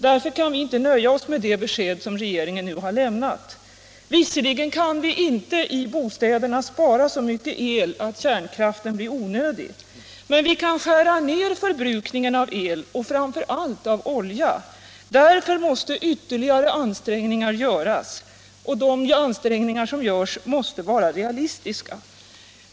Därför kan vi inte nöja oss med det besked som regeringen nu har lämnat. Visserligen kan vi inte i bostäderna spara så mycket el att kärnkraften blir onödig. Men vi kan skära ner förbrukningen av el och framför allt av olja. Därför måste ytterligare ansträngningar göras. Men de ansträngningar som görs måste vara realistiska.